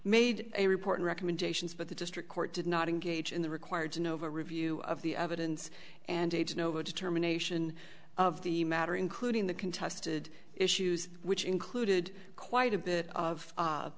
made a report recommendations but the district court did not engage in the required to nova review of the evidence and age no determination of the matter including the contested issues which included quite a bit of